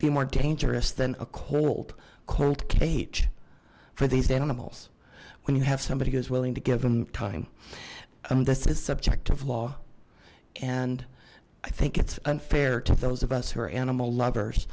be more dangerous than a cold cold cage for these animals when you have somebody who is willing to give them time i mean this is subjective law and i think it's unfair to those of us her animal lovers